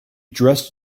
dressed